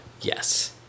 Yes